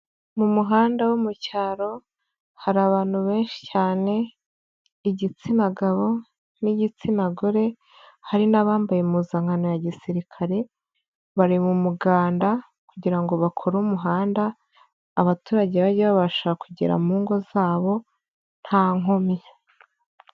Mu muhanda wo mu cyaro hari abantu benshi cyane igitsina gabo n'igitsina gore hari n'abambaye impuzankano ya gisirikare, bari mu muganda kugira ngo bakore umuhanda abaturage bage babasha kugera mu ngo zabo nta nkomyi.